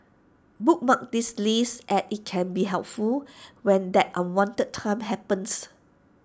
bookmark this list as IT can be helpful when that unwanted time happens